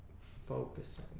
focus